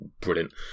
Brilliant